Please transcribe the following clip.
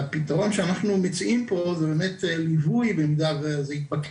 והפתרון שאנחנו מציעים פה זה באמת לווי המתבקש